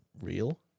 real